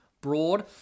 Broad